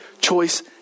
choice